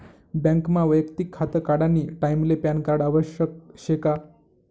बँकमा वैयक्तिक खातं काढानी टाईमले पॅनकार्ड आवश्यक शे का?